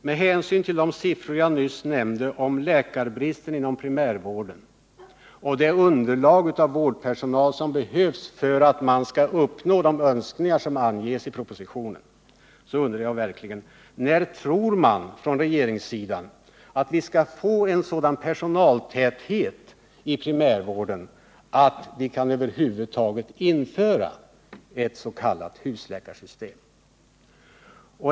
Med hänsyn till de siffror jag nyss nämnde om läkarbristen inom primärvården och beträffande det underlag av vårdpersonal som behövs för att man skall uppnå de önskningar som anges i propositionen undrar jag när regeringen tror att vi skall få en sådan personaltäthet inom primärvården att ett s.k. husläkarsystem över huvud taget kan införas.